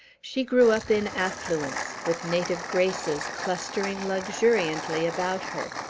she grew up in affluence, with native graces clustering luxuriantly about her.